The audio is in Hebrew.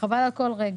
חבל על כל רגע.